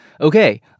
okay